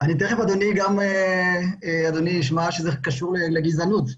תיכף אדוני ישמע שזה קשור לגזענות.